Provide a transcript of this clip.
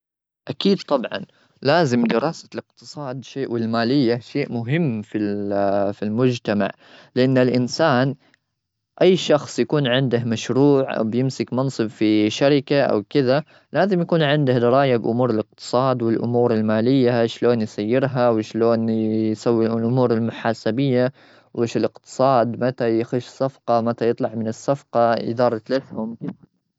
أكيد، طبعا، لازم دراسة الاقتصاد والمالية شيء مهم في-في المجتمع، لأن الإنسان، أي شخص يكون عنده مشروع أو بيمسك منصب في شركة أو كذا، لازم يكون عنده دراية بأمور الاقتصاد والأمور المالية. شلون يسيرها؟ وشلون يسوي الأمور المحاسبية؟ وإيش الاقتصاد؟ متى يخش صفقة؟ متى يطلع من الصفقة؟ إدارة.